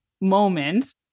moment